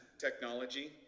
technology